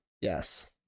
Yes